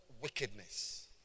wickedness